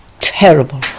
terrible